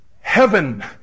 heaven